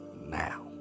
now